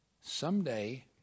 Someday